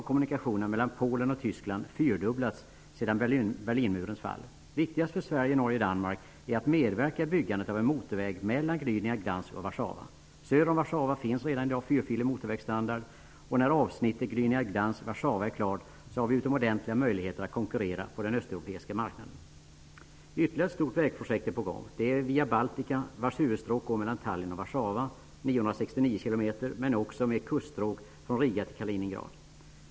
Kommunikationerna mellan Polen och Tyskland har fyrdubblats sedan Viktigast för Sverige, Norge och Danmark är att medverka i byggandet av en motorväg mellan Warszawa finns det redan i dag vägar med fyrfilig motorvägsstandard. När avsnittet Gdynia/Gdansk--Warszawa är klart har vi utomordentliga möjligheter att konkurrera på den östeuropeiska marknaden. Ytterligare ett stort vägprojekt är på gång. Det är Riga till Kaliningrad.